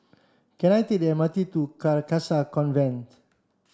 can I take the M R T to Carcasa Convent